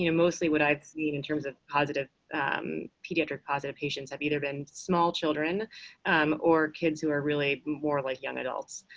yeah mostly what i've seen in terms of um pediatric positive patients have either been small children or kids who are really more like young adults.